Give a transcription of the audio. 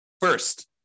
First